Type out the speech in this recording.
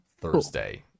Thursday